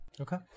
Okay